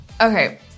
Okay